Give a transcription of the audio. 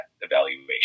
evaluation